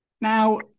Now